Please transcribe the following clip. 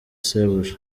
sebuja